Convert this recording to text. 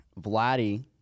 Vladdy